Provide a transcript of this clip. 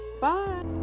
bye